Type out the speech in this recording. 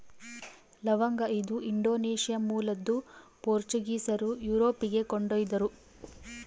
ಲವಂಗ ಇದು ಇಂಡೋನೇಷ್ಯಾ ಮೂಲದ್ದು ಪೋರ್ಚುಗೀಸರು ಯುರೋಪಿಗೆ ಕೊಂಡೊಯ್ದರು